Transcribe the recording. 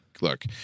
look